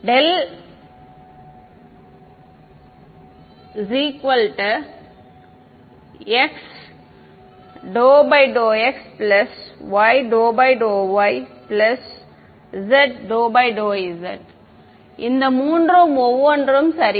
∇≡ x∂∂x y∂∂y z ∂∂z மாணவர் இந்த மூன்றும் ஒவ்வொன்றும் சரி